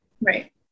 Right